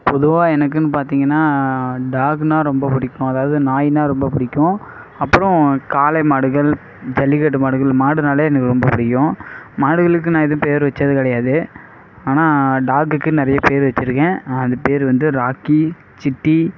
பொதுவாக எனக்குன்னு பார்த்தீங்கன்னா டாக்னா ரொம்ப பிடிக்கும் அதாவது நாய்னா ரொம்ப பிடிக்கும் அப்பறம் காளை மாடுகள் ஜல்லிக்கட்டு மாடுகள் மாடுன்னாலே எனக்கு ரொம்ப பிடிக்கும் மாடுகளுக்கு நான் எதுவும் பேர் வைச்சது கிடையாது ஆனால் டாகுக்கு நிறைய பேர் வெச்சுருக்கேன் அது பேர் வந்து ராக்கி சிட்டி